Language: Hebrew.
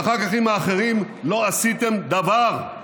ואחר כך עם האחרים לא עשיתם דבר,